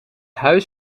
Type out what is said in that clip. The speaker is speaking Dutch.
huis